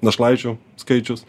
našlaičių skaičius